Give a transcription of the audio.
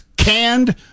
Canned